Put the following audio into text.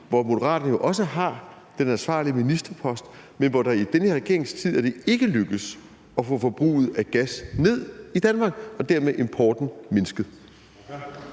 har Moderaterne jo den ministerpost med ansvar for det område, men det er i den her regerings tid ikke lykkedes at få forbruget af gas ned i Danmark og dermed importen mindsket.